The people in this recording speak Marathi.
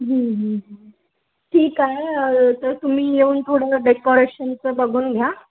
ठीक आहे तर तुम्ही येऊन थोडं डेकोरेशनचं बघून घ्या